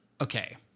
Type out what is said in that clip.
okay